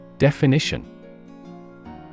Definition